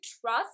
trust